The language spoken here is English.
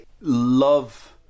love